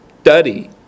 study